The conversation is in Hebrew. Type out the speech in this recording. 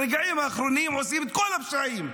ברגעים האחרונים עושים את כל הפשעים.